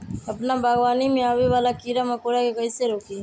अपना बागवानी में आबे वाला किरा मकोरा के कईसे रोकी?